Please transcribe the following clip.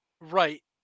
right